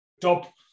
top